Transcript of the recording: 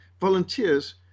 volunteers